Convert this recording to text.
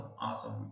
awesome